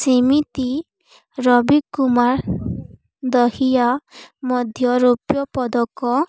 ସେମିତି ରବି କୁମାର ଦହିଆ ମଧ୍ୟ ରୋପ୍ୟପଦକ